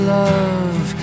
love